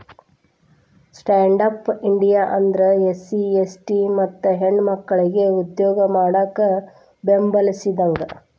stand up India ಅಂದ್ರ SC ST ಮತ್ತ ಹೆಣ್ಮಕ್ಕಳಿಗೆ ಉದ್ಯೋಗ ಮಾಡಾಕ ಬೆಂಬಲಿಸಿದಂಗ